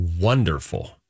wonderful